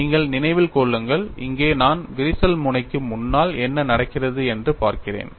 நீங்கள் நினைவில் கொள்ளுங்கள் இங்கே நான் விரிசல் முனைக்கு முன்னால் என்ன நடக்கிறது என்று பார்க்கிறேன்